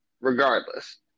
regardless